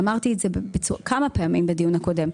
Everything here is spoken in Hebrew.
ואמרתי את זה כמה פעמים בדיון הקודם.